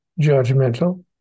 judgmental